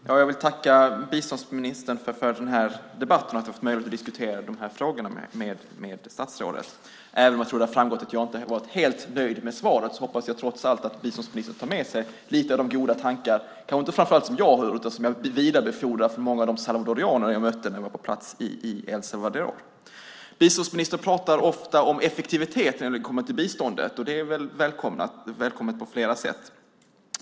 Herr talman! Jag vill tacka biståndsministern för den här debatten och för att ha fått möjlighet att diskutera de här frågorna med statsrådet. Även om det har framgått att jag inte har varit helt nöjd med svaret hoppas jag trots allt att biståndsministern tar med sig några av de goda tankar från många av de salvadoraner som jag mötte när jag var på plats i El Salvador och som jag vidarebefordrar. Biståndsministern pratar ofta om effektivitet när det gäller biståndet. Det är välkommet på flera sätt.